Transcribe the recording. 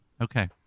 Okay